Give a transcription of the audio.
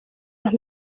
los